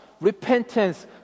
repentance